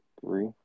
three